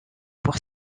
pour